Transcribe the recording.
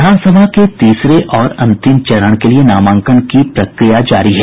विधानसभा के तीसरे और अंतिम चरण के लिए नामांकन की प्रक्रिया जारी है